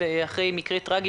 שאנחנו יודעים על מקרה טרגי,